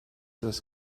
das